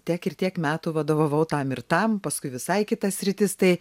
tiek ir tiek metų vadovavau tam ir tam paskui visai kita sritis tai